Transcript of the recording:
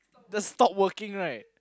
the stop working